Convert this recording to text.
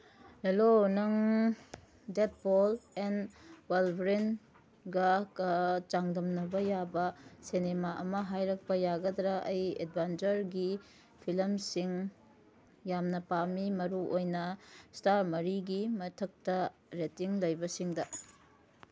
hello ꯅꯪ Deadpool and ꯋꯥꯜꯕꯦꯔꯦꯟꯒꯀ ꯆꯥꯡꯗꯝꯅꯕ ꯌꯥꯕ ꯁꯤꯅꯤꯃꯥ ꯑꯃ ꯍꯥꯏꯔꯛꯄ ꯌꯥꯒꯗ꯭ꯔꯥ ꯑꯩ ꯑꯦꯗꯚꯥꯟꯆꯔꯒꯤ ꯐꯤꯂꯝꯁꯤꯡ ꯌꯥꯝꯅ ꯄꯥꯝꯃꯤ ꯃꯔꯨꯑꯣꯏꯅ ꯏꯁꯇꯥꯔ ꯃꯔꯤꯒꯤ ꯃꯊꯛꯇ ꯔꯦꯇꯤꯡ ꯂꯩꯕꯁꯤꯡꯗ